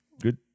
good